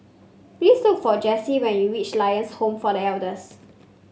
please look for Jesse when you reach Lions Home for The Elders